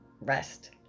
rest